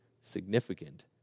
significant